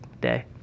day